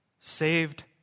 Saved